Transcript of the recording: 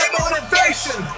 motivation